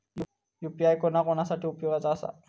UPI कोणा कोणा साठी उपयोगाचा आसा?